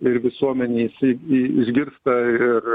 ir visuomenė iši išgirsta ir ir